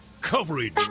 coverage